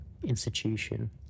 institution